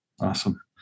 awesome